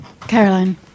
Caroline